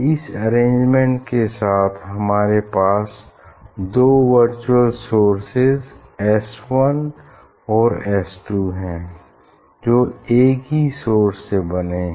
इस अरेंजमेंट के साथ हमारे पास दो वर्चुअल सोर्सेज एस वन और एस टू हैं जो एक ही सोर्स से बने हैं